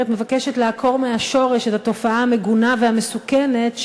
מבקשת לעקור מהשורש את התופעה המגונה והמסוכנת,